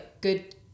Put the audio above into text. good